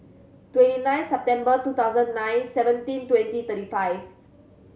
twenty nine September two thousand nine seventeen twenty thirty five